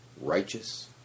Righteous